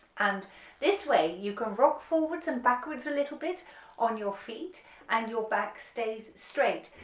and this way you can rock forwards and backwards a little bit on your feet and your back stays straight,